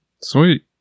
Sweet